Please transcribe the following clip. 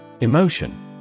Emotion